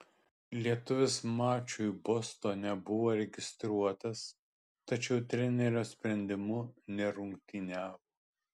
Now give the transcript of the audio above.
lietuvis mačui bostone buvo registruotas tačiau trenerio sprendimu nerungtyniavo